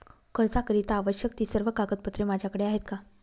कर्जाकरीता आवश्यक ति सर्व कागदपत्रे माझ्याकडे आहेत का?